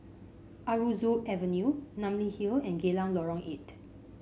Aroozoo Avenue Namly Hill and Geylang Lorong Eight